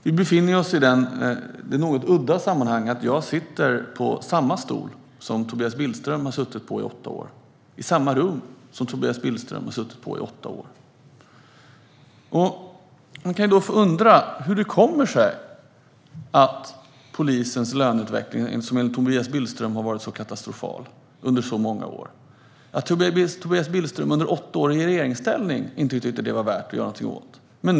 Vi befinner oss i det något udda sammanhang att jag sitter på samma stol som Tobias Billström satt på under åtta år och i samma rum som Tobias Billström satt i under åtta år. Man kan då undra hur det kommer sig att polisens löneutveckling, som enligt Tobias Billström har varit så katastrofal under så många år, inte var värd att göra någonting åt enligt Tobias Billström under hans åtta år i regeringsställning.